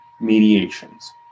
mediations